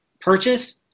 purchase